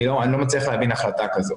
אני לא מצליח להבין החלטה כזו.